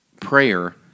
prayer